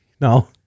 No